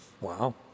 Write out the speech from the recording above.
Wow